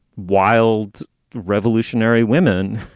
wild revolutionary women.